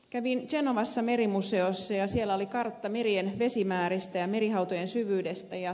kävin genovassa merimuseossa ja siellä oli kartta merien vesimääristä ja merihautojen syvyydestä